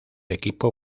equipo